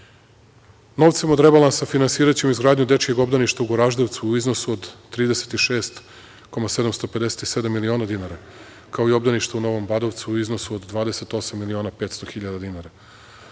Srbije. Novcem od rebalansa finansiraćemo izgradnju dečijeg obdaništa u Goraždevcu u iznosu od 36,750 miliona dinara, kao i obdaništa u Novom Badovcu u iznosu od 28.500 dinara.